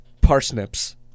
parsnips